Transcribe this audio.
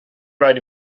raid